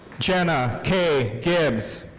jenna kay gibbs.